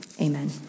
Amen